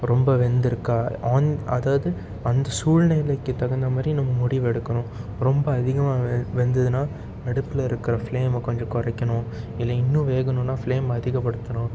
ரொம்ப வெந்திருக்கா ஆன் அதாவது அந்த சூழ்நிலைக்கு தகுந்த மாதிரி நம்ம முடிவு எடுக்கணும் ரொம்ப அதிகமாக வெ வெந்ததுனா அடுப்பில் இருக்கிற ஃப்ளேமை கொஞ்சம் குறைக்கணும் இல்லை இன்னும் வேகணுன்னா ஃப்ளேம் அதிகப்படுத்தணும்